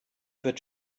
wird